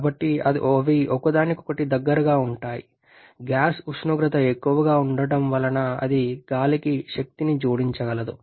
కాబట్టి అవి ఒకదానికొకటి దగ్గరగా ఉంటాయి గ్యాస్ ఉష్ణోగ్రత ఎక్కువగా ఉండటం వలన అది గాలికి శక్తిని జోడించగలదు